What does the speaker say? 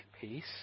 peace